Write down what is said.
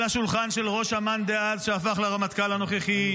על השולחן של ראש אמ"ן דאז שהפך לרמטכ"ל הנוכחי,